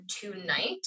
tonight